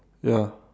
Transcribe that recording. ya